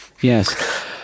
Yes